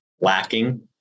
lacking